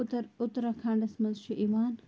اُتَر اُتراکھنڈَس منٛز چھُ یِوان